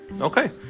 Okay